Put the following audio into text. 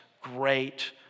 great